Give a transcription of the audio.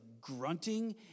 grunting